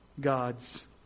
God's